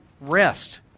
rest